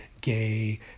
gay